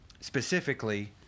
specifically